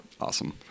awesome